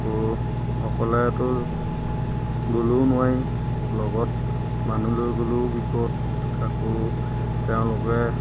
আকৌ অকলৈতো গ'লেও নোৱাৰি লগত মানুহ লৈ গ'লেও বিপদ আকৌ তেওঁলোকে